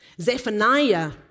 Zephaniah